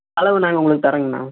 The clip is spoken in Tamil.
அளவு நாங்கள் உங்களுக்கு தரோங்கண்ணா